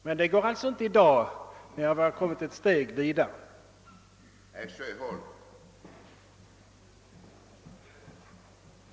Det kan han alltså icke i dag, när vi har nått ett steg vidare, Underligt.